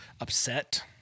upset